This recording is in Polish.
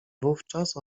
wówczas